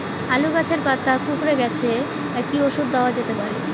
আলু গাছের পাতা কুকরে গেছে কি ঔষধ দেওয়া যেতে পারে?